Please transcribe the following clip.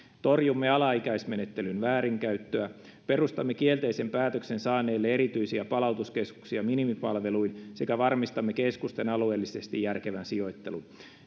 torjumme alaikäismenettelyn väärinkäyttöä perustamme kielteisen päätöksen saaneille erityisiä palautuskeskuksia minimipalveluin sekä varmistamme keskusten alueellisesti järkevän sijoittelun